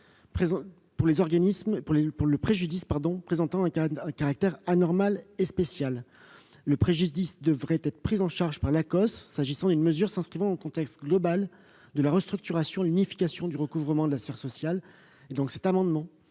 pour le préjudice présentant un caractère anormal et spécial. Le préjudice devrait être pris en charge par l'Acoss, car cette mesure s'inscrit dans le contexte global de la restructuration et de l'unification du recouvrement de la sphère sociale. Notre amendement